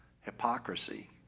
hypocrisy